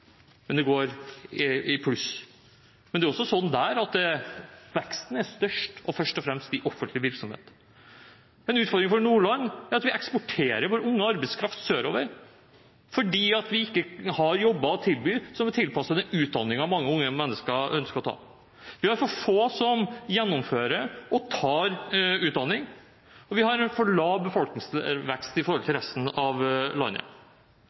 men det går i pluss. Men det er også der slik at veksten er størst først og fremst i offentlig virksomhet. En utfordring for Nordland er at vi eksporterer vår unge arbeidskraft sørover, fordi vi ikke har jobber å tilby som er tilpasset den utdanningen mange unge mennesker ønsker å ta. Vi har for få som gjennomfører og tar utdanning, og vi har en for lav befolkningsvekst i forhold til resten av landet.